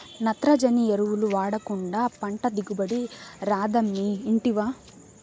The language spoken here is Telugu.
నత్రజని ఎరువులు వాడకుండా పంట దిగుబడి రాదమ్మీ ఇంటివా